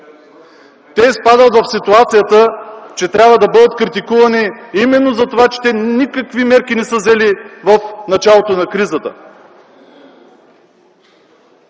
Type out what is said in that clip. Изпадат в ситуацията, че трябва да бъдат критикувани именно за това, че те не са взели никакви мерки в началото на кризата.